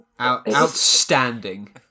Outstanding